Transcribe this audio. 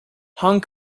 hong